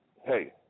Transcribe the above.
hey